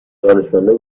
دانشمندا